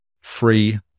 free